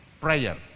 Prayer